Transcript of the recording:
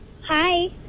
Hi